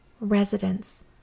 residents